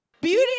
Beauty